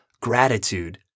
gratitude